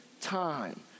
time